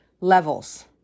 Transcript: levels